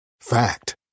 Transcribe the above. Fact